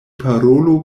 parolu